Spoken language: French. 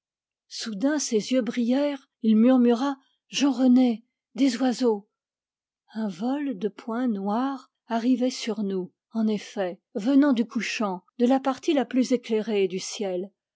soudain ses yeux brillèrent il murmura jean rené des oiseaux un vol de points noirs arrivait sur nous en effet venant du couchant de la partie la plus éclairée du ciel